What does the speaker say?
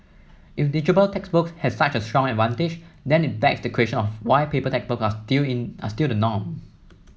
if digital textbooks have such a strong advantage then it begs the question why paper textbooks are stilling still the norm